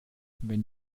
wenn